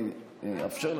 אני אאפשר לך.